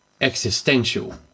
existential